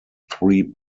three